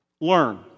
learn